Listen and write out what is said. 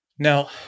Now